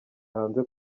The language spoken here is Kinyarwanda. hanze